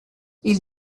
ils